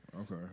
Okay